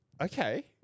Okay